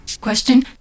Question